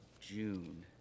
June